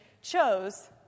chose